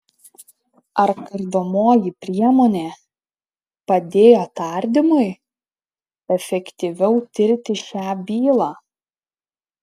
ar kardomoji priemonė padėjo tardymui efektyviau tirti šią bylą